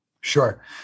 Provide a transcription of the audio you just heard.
Sure